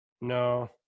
No